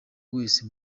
wese